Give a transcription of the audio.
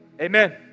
Amen